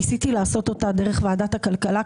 ניסיתי לעשות אותה דרך ועדת הכלכלה,